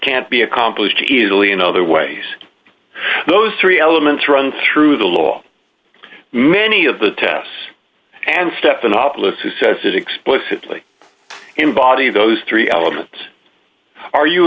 can't be accomplished easily in other ways those three elements run through the law many of the tests and stephanopoulos who says it explicitly embody those three elements are you